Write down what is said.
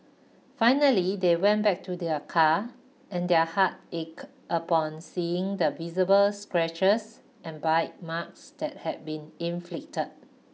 finally they went back to their car and their hearts ached upon seeing the visible scratches and bite marks that had been inflicted